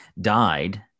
died